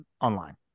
online